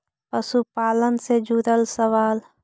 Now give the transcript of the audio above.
पशुपालन से जुड़ल सवाल?